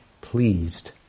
pleased